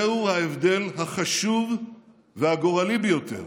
זהו ההבדל החשוב והגורלי ביותר